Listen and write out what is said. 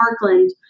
Parkland